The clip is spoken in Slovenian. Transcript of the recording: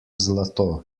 zlato